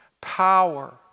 Power